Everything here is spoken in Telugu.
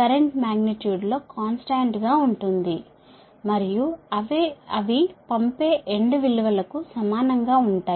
కరెంట్ మాగ్నిట్యూడ్ లో కాన్స్టాంట్ గా ఉంటుంది మరియు అవి పంపే ఎండ్ విలువలకు సమానం గా ఉంటాయి